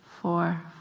four